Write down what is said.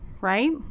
right